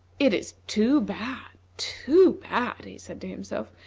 it is too bad! too bad! he said to himself.